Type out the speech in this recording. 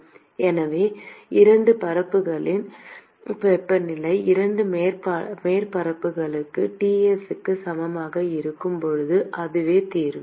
எனவே 2 பரப்புகளின் வெப்பநிலை இரண்டு மேற்பரப்புகளும் Tsக்கு சமமாக இருக்கும் போது அதுவே தீர்வு